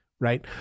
right